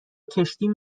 کشتیم